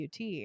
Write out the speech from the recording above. UT